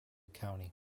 county